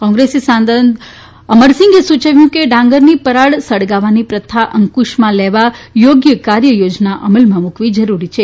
કોંગ્રેસી સાંસદ અમરસિંગે સુયવ્યું હતું કે ડાંગરની પરાળ સળગાવવાની પ્રથા અંકુશમાં લેવા થોગ્ય કાર્ય યોજના અમલમાં મુકવી જરૂરી છે